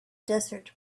desert